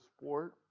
sport